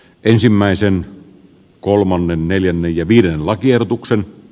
ensimmäisen kolmannen neljännen ja viiden lakiehdotuksen